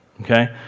Okay